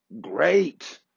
great